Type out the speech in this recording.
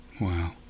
Wow